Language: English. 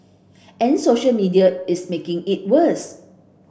and social media is making it worse